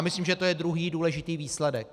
Myslím, že to je druhý důležitý výsledek.